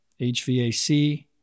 HVAC